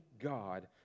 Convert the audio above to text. God